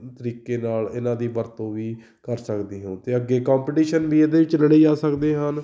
ਤਰੀਕੇ ਨਾਲ ਇਹਨਾਂ ਦੀ ਵਰਤੋਂ ਵੀ ਕਰ ਸਕਦੀ ਹੋ ਅਤੇ ਅੱਗੇ ਕੰਪਟੀਸ਼ਨ ਵੀ ਇਹਦੇ 'ਚ ਲੜੇ ਜਾ ਸਕਦੇ ਹਨ